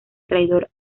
traidor